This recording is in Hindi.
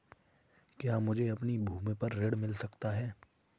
क्या मुझे अपनी भूमि पर ऋण मिल सकता है?